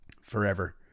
forever